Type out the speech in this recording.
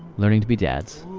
learning to be dads.